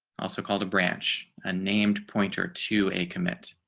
also called a branch unnamed pointer to a commit